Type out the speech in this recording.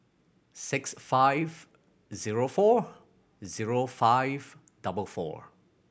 six five zero four zero five double four